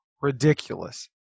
ridiculous